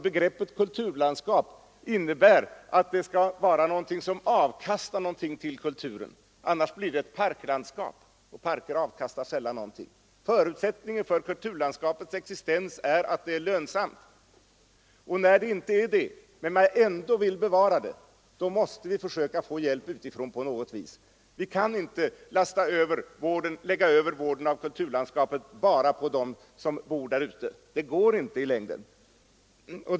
Begreppet kulturlandskap innebär tyvärr att detta landskap skall avkasta något till kulturen, annars blir det ett parklandskap och parker avkastar sällan någonting. Förutsättningen för kulturlandskapets existens är alltså att det är lönsamt. När det inte är det men man ändå vill bevara det måste man försöka få hjälp utifrån på något vis. Vi kan inte lägga över vården av kulturlandskapet bara på den som bor där. Det går inte i längden.